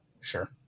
Sure